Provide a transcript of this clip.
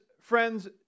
friends